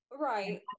right